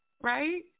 right